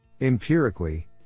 Empirically